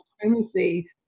supremacy